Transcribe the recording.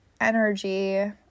energy